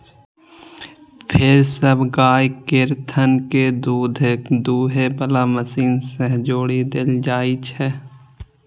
फेर सब गाय केर थन कें दूध दुहै बला मशीन सं जोड़ि देल जाइ छै